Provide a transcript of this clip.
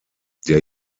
der